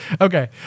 okay